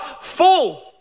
full